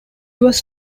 was